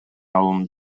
алууну